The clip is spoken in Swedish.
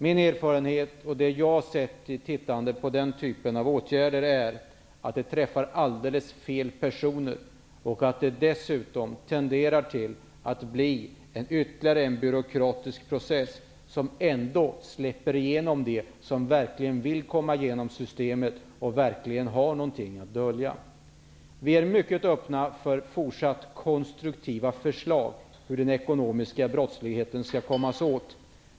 Det jag har sett när jag har granskat den typen av åtgärder är att de träffar alldeles fel personer. Det tenderar dessutom att bli ytterligare en byråkratisk process. Ändå släpper systemet igenom dem som vill komma igenom och som verkligen har någonting att dölja. Vi är fortsatt mycket öppna för konstruktiva förslag om hur man skall komma åt den ekonomiska brottsligheten.